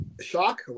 shock